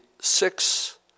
six